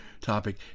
topic